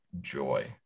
joy